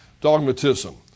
dogmatism